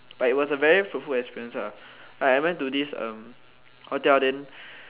but it was a very fruitful experience lah like I went to this um hotel then